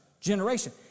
generation